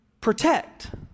protect